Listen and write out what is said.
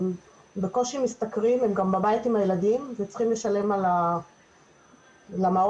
הן בקושי משתכרים והם גם בבית עם הילדים והם צריכים לשלם רגיל על המעון.